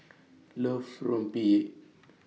loves Rempeyek